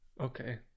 Okay